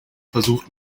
versucht